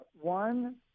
one